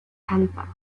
panther